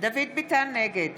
נגד